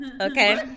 okay